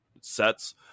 sets